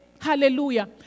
Hallelujah